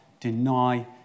deny